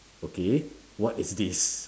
okay what is this